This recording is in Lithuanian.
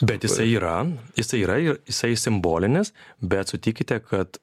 bet jisai yra jisai yra ir jisai simbolinis bet sutikite kad